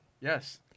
Yes